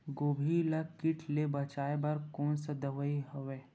गोभी ल कीट ले बचाय बर कोन सा दवाई हवे?